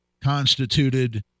constituted